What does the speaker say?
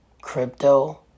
crypto